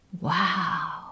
Wow